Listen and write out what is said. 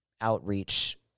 outreach